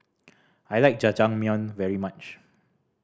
I like Jajangmyeon very much